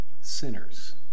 sinners